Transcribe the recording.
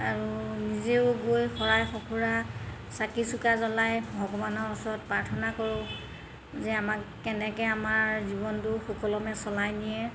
আৰু নিজেও গৈ শৰাই সঁফুৰা চাকি চুকা জ্বলাই ভগৱানৰ ওচৰত প্ৰাৰ্থনা কৰোঁ যে আমাক কেনেকৈ আমাৰ জীৱনটো সুকলমে চলাই নিয়ে